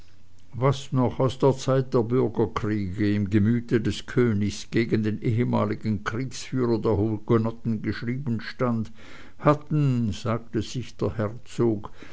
was noch aus der zeit der bürgerkriege im gemüte des königs gegen den ehemaligen kriegsführer der hugenotten geschrieben stand hatten sagte sich der herzog